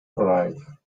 arrive